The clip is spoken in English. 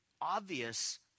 obvious